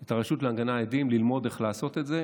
את הרשות להגנה על עדים, ללמוד איך לעשות את זה.